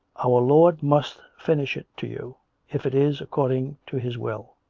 our lord must finish it to you if it is according to his will.